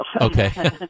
Okay